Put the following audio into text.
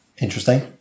interesting